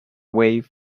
wave